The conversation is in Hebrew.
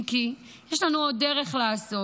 אם כי יש לנו עוד דרך לעשות.